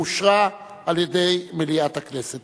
אושרה על-ידי מליאת הכנסת.